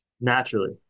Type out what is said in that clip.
Naturally